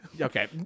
okay